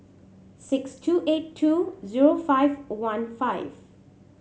six two eight two zero five one five